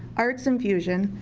arts infusion,